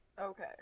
Okay